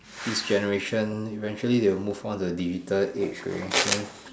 this generation eventually they will move all the digital age already